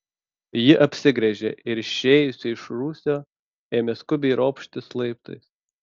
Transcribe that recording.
ji apsigręžė ir išėjusi iš rūsio ėmė skubiai ropštis laiptais